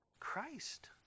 Christ